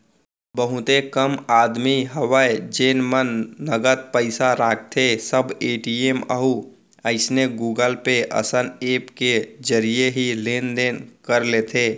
बहुते कम आदमी हवय जेन मन नगद पइसा राखथें सब ए.टी.एम अउ अइसने गुगल पे असन ऐप के जरिए ही लेन देन कर लेथे